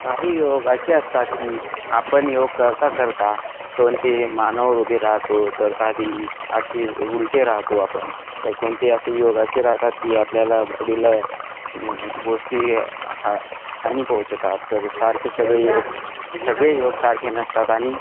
काही योग असे असतात की आपण योग करता करता कोणते मानेवर उभी राहतो तर कधी असे उलटे राहतो आपण तर कोणते असे योग असे राहतात की आपल्याला बॉडीला गोष्टी हा हानी पोहोचतात तर सारखे सगळे योग सगळे योग सारखे नसतात आणि